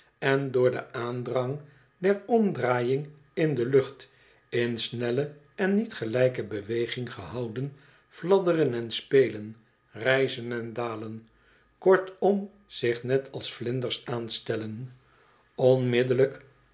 en door den aandrang der omdraaiing in de lucht in snelle en niet gelijke beweging gehouden fladderen en spelen rijzen en dalen kortom zich net als vlinders aanstellen onmiddellijk